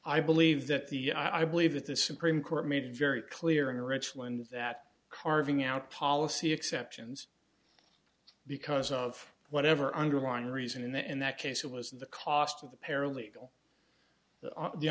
i believe that the i believe that the supreme court made it very clear in richland that carving out policy exceptions because of whatever underlying reason and that in that case it was the cost of the paralegal